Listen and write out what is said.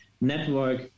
network